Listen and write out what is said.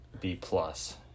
B-plus